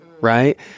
right